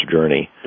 journey